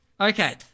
Okay